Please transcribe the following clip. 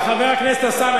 חבר הכנסת אלסאנע,